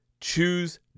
choose